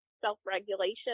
self-regulation